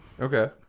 Okay